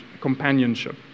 companionship